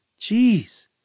Jeez